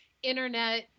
internet